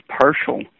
partial